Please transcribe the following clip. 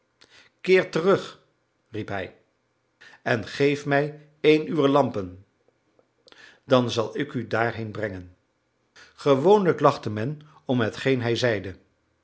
keert terug riep hij en geef mij een uwer lampen dan zal ik u daarheen brengen gewoonlijk lachte men om hetgeen hij zeide